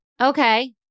Okay